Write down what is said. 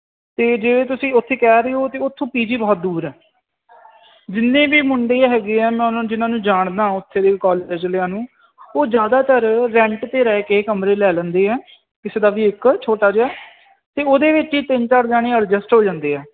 ਅਤੇ ਜੇ ਤੁਸੀਂ ਉੱਥੇ ਕਹਿ ਰਹੇ ਹੋ ਤਾਂ ਉਥੋਂ ਪੀਜੀ ਬਹੁਤ ਦੂਰ ਆ ਜਿੰਨੇ ਵੀ ਮੁੰਡੇ ਹੈਗੇ ਆ ਮੈਂ ਉਹਨਾਂ ਨੂੰ ਜਿਹਨਾਂ ਨੂੰ ਜਾਣਦਾ ਉੱਥੇ ਦੀ ਕਾਲਜ ਵਾਲਿਆਂ ਨੂੰ ਉਹ ਜ਼ਿਆਦਾਤਰ ਰੈਂਟ 'ਤੇ ਰਹਿ ਕੇ ਕਮਰੇ ਲੈ ਲੈਂਦੇ ਆ ਕਿਸੇ ਦਾ ਵੀ ਇੱਕ ਛੋਟਾ ਜਿਹਾ ਅਤੇ ਉਹਦੇ ਵਿੱਚ ਤਿੰਨ ਚਾਰ ਜਾਣੇ ਐਡਜਸਟ ਹੋ ਜਾਂਦੇ ਆ